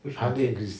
hardly inc~